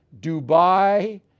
Dubai